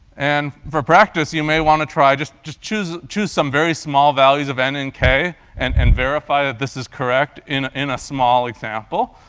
and for practice, you may want to try just just choose choose some very small values of n and k and and verify that this is correct in a small example.